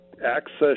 access